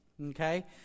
okay